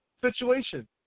situation